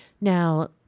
Now